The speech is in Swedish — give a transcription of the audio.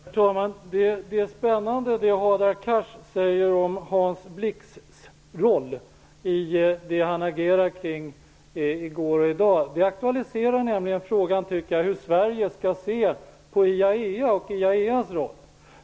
Herr talman! Det Hadar Cars säger om Hans Blix roll i det han agerar kring i går och i dag är spännande. Det aktualiserar nämligen frågan hur Sverige skall se på IAEA och IAEA:s roll.